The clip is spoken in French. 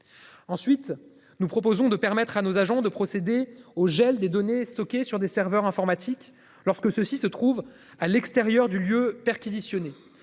Ensuite, nous proposons de permettre à nos agents de procéder au gel des données stockées sur des serveurs informatiques lorsque ceux-ci se trouvent à l'extérieur du lieu perquisitionnés